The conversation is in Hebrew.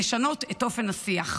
לשנות את אופן השיח.